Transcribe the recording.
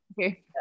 Okay